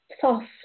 Soft